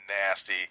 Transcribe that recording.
nasty